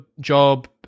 job